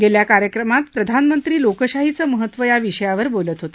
गेल्या कार्यक्रमात प्रधानमंत्री लोकशाहीचं महत्त्व या विषयावर बोलले होते